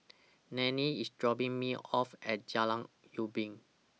Nannette IS dropping Me off At Jalan Ubin